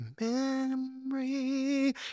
memory